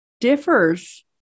differs